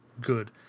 good